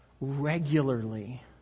regularly